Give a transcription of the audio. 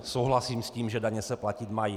Souhlasím s tím, že daně se platit mají.